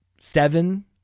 seven